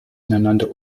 ineinander